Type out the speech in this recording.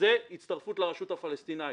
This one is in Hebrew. זה הצטרפות לרשות הפלסטינית.